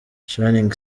shining